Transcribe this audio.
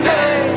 Hey